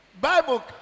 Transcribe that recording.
Bible